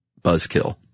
buzzkill